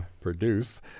produce